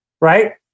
right